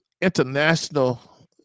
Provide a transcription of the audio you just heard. international